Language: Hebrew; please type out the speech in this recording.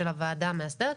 של הוועדה המסדרת.